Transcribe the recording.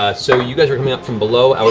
ah so you guys are coming up from below,